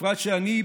בפרט אני,